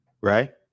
right